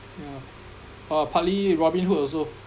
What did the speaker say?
yeah uh partly Robinhood also